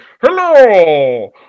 Hello